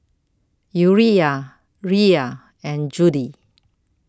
Urijah Rhea and Judy